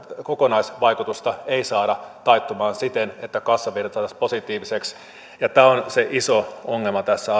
kokonaisvaikutusta ei saada taittumaan siten että kassavirta saataisiin positiiviseksi ja tämä on se iso ongelma tässä